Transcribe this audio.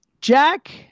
Jack